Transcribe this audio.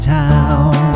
town